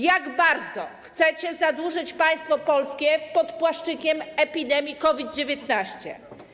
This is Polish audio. Jak bardzo chcecie zadłużyć państwo polskie pod płaszczykiem epidemii COVID-19?